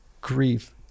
grief